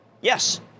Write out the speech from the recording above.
Yes